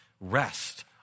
rest